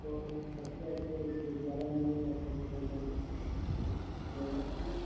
तो उसमें सबसे अच्छे सूज में जो बैठेंगे लगभग